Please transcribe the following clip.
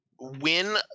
win